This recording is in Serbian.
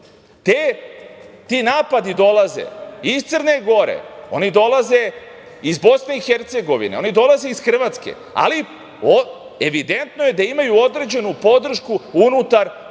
ti napadi dolaze iz Crne Gore, oni dolaze iz BiH, oni dolaze iz Hrvatske, ali evidentno je da imaju određenu podršku unutar Beograda